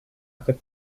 could